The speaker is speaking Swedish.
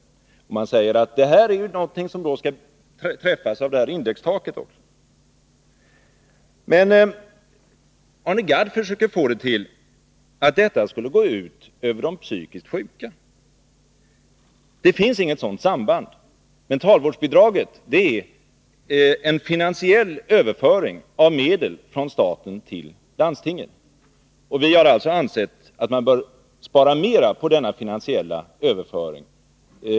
Socialdemokraterna säger att det bidraget är något som också skall beröras av indextaket. Arne Gadd försöker dock få det till att detta skulle gå ut över de psykiskt sjuka. Det finns inget sådant samband. Mentalvårdsbidraget är en finansiell överföring av medel från staten till landstingen. Vi har ansett att man bör spara mera på denna finansiella överföring.